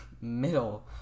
middle